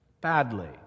badly